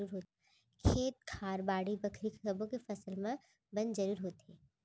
खेत खार, बाड़ी बखरी सब्बो के फसल म बन जरूर होथे